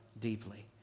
deeply